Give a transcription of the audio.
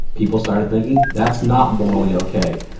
people started thinking that's not morally ok,